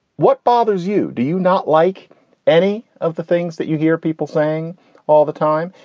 what bothers you? do you not like any of the things that you hear people saying all the time?